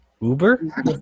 uber